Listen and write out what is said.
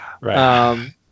Right